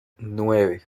nueve